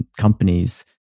companies